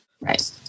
Right